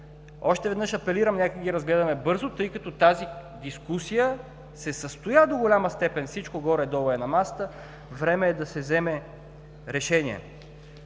Още веднъж апелирам, нека да ги разгледаме бързо, тъй като тази дискусия се състоя, до голяма степен всичко горе-долу е на масата, време е да се вземе решение.